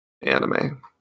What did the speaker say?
anime